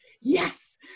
yes